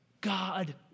God